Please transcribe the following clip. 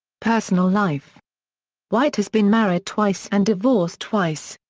personal life white has been married twice and divorced twice.